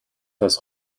das